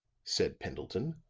said pendleton.